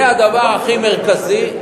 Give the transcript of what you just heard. זה הדבר הכי מרכזי.